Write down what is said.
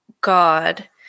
God